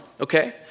Okay